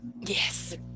Yes